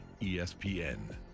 ESPN